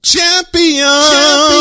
Champion